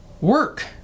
work